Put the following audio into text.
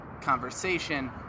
conversation